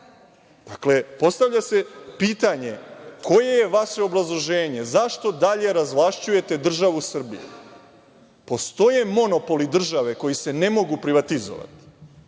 puteve? Dakle, postavlja se pitanje – koje je vaše obrazloženje, zašto dalje razvlašćujete državu Srbiju? Postoje monopoli države koji se ne mogu privatizovati.